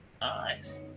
Nice